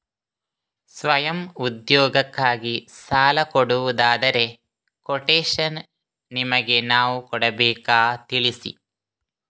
ಸ್ವಯಂ ಉದ್ಯೋಗಕ್ಕಾಗಿ ಸಾಲ ಕೊಡುವುದಾದರೆ ಕೊಟೇಶನ್ ನಿಮಗೆ ನಾವು ಕೊಡಬೇಕಾ ತಿಳಿಸಿ?